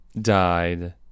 died